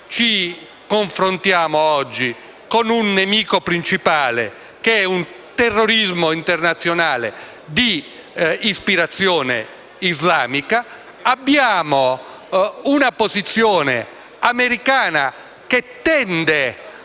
ci confrontiamo con un nemico principale, che è il terrorismo internazionale di ispirazione islamica. Ci troviamo di fronte a una posizione americana che tende